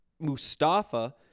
Mustafa